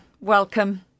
welcome